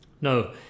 no